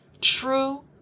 True